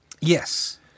yes